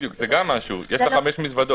בדיוק, זה גם משהו, יש לה חמש מזוודות,